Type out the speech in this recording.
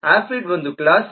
aphid ಒಂದು class